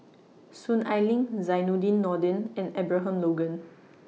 Soon Ai Ling Zainudin Nordin and Abraham Logan